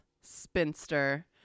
Spinster